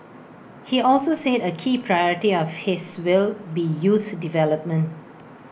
he also said A key priority of his will be youth development